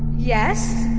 yes,